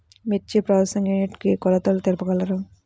మిర్చి processing unit కి కొలతలు తెలుపగలరు?